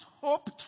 hoped